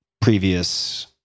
previous